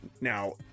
Now